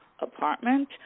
Apartment